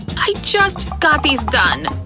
i just got these done!